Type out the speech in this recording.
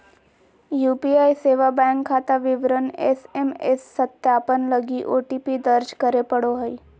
UPI सेवा bank खाता विवरण एस.एम.एस सत्यापन लगी ओ.टी.पी दर्ज करे पड़ो हइ